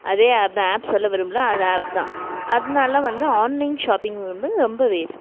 அதே ஆப் தான் ஆப் சொல்ல விரும்பலை அந்த ஆப் தான் அதனால வந்து ஆன்லைன் ஷாப்பிங் வந்து ரொம்ப வேஸ்ட்டு